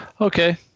Okay